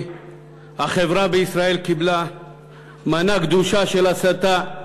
החברה בישראל קיבלה מנה גדושה של הסתה,